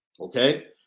Okay